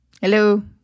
Hello